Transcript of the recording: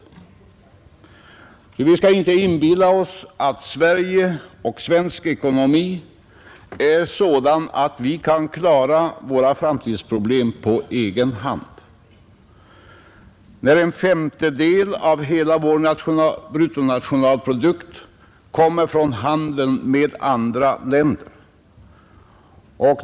Vi skall inte inbilla oss att svensk ekonomi är sådan att vi kan klara våra framtidsproblem på egen hand, när en femtedel av hela vår bruttonationalprodukt kommer från handeln med andra länder.